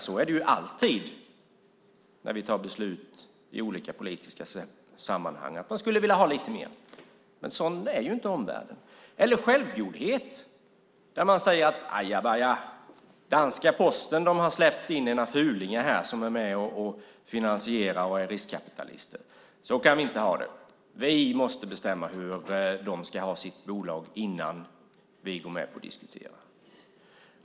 Så är det ju alltid när vi fattar beslut i olika politiska sammanhang. Man skulle vilja ha lite mer. Men sådan är ju inte omvärlden. Självgodhet kan det vara när man säger: Ajabaja, danska Posten har släppt in fulingar som är med och finansierar och är riskkapitalister. Så kan vi inte ha det. Vi måste bestämma hur de ska ha sitt bolag innan vi går med på att diskutera.